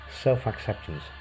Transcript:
Self-acceptance